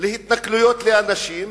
ועד להתנכלויות לאנשים,